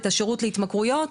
את השירות להתמכרויות,